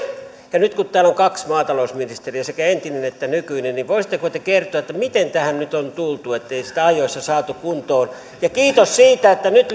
nyt kun täällä on kaksi maatalousministeriä sekä entinen että nykyinen niin voisitteko te kertoa miten tähän nyt on tultu ettei sitä ajoissa saatu kuntoon kiitos siitä että nyt